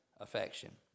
affection